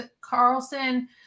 Carlson